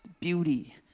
beauty